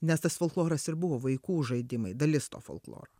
nes tas folkloras ir buvo vaikų žaidimai dalis to folkloro